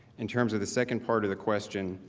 in terms of the second part of the question,